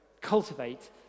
cultivate